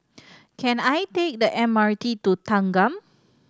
can I take the M R T to Thanggam